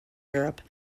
europe